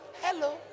hello